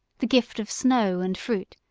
the gift of snow and fruit,